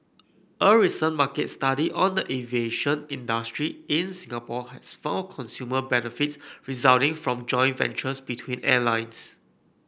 a recent market study on the aviation industry in Singapore has found consumer benefits resulting from joint ventures between airlines